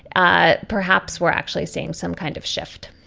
ah perhaps we're actually seeing some kind of shift